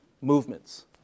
movements